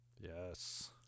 Yes